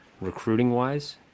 recruiting-wise